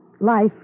Life